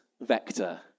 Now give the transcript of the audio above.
vector